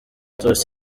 zose